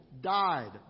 died